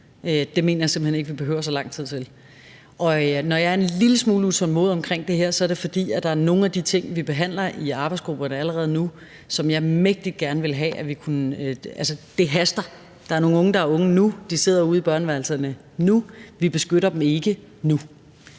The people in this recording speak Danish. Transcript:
jeg simpelt hen ikke vi behøver så lang tid til. Når jeg er en lille smule utålmodig omkring det her, så er det, fordi der er nogle af de ting, som vi behandler i arbejdsgrupperne allerede nu, som jeg mægtig gerne vil have, fordi det haster. Der er nogle unge, der er unge nu. De sidder ude i børneværelserne nu, og vi beskytter dem ikke nu.